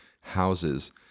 houses